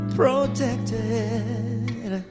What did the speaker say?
protected